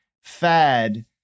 fad